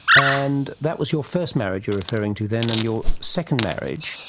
and that was your first marriage you were referring to then and your second marriage,